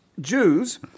Jews